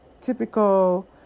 typical